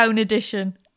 edition